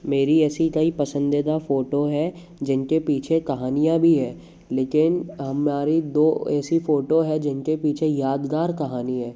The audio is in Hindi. मेरी ऐसी कई पसंदीदा फोटो हैं जिनके पीछे कहानियाँ भी है लेकिन हमारी दो ऐसी फोटो हैं जिनके पीछे यादगार कहानी है